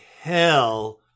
hell